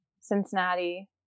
Cincinnati